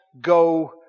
go